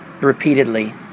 repeatedly